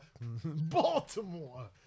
Baltimore